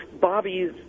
Bobby's